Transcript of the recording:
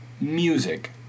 Music